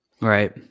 Right